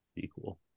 Sequel